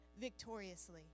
victoriously